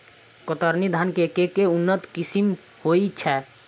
कतरनी धान केँ के उन्नत किसिम होइ छैय?